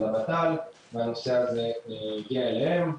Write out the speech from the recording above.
לות"ל והנושא הגיע אליהם.